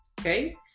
Okay